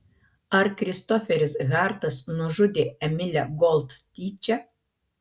ar kristoferis hartas nužudė emilę gold tyčia